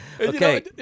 okay